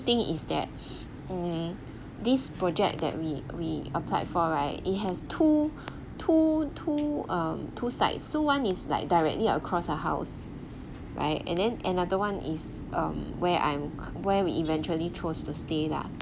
thing is that mm these projects that we we applied for right it has two two two um two sides so one is like directly across our house right and then another one is um where I am where we eventually chose to stay lah